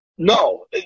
No